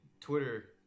Twitter